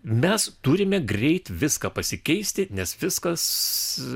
mes turime greit viską pasikeisti nes viskas